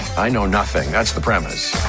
i know nothing. that's the premise